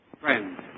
Friends